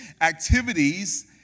activities